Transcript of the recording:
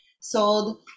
sold